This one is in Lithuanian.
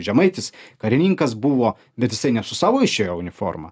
žemaitis karininkas buvo bet jisai ne su savo išėjo uniforma